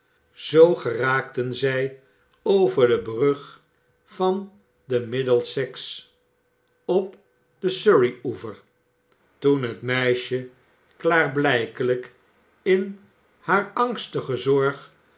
zoo geraakten zij over de brug van den middlèsex op den surrey oever toen het meisje klaarblijkelijk in haar angstige zorg